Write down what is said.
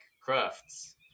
crafts